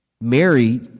Mary